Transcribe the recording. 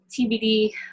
TBD